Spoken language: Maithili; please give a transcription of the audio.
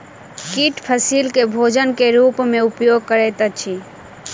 कीट फसील के भोजन के रूप में उपयोग करैत अछि